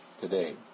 today